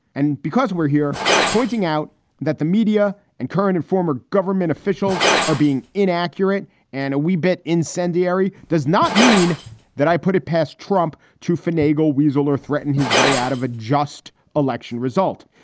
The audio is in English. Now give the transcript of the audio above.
and because we're here pointing out that the media and current and former government officials are being inaccurate and a wee bit incendiary does not mean that i put it past trump to finagle, weasel or threaten his way out of a just election result.